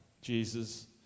Jesus